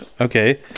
Okay